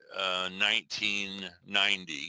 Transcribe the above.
1990